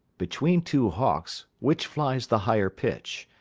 between two hawks, which flyes the higher pitch,